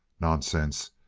nonsense!